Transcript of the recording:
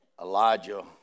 Elijah